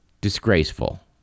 Disgraceful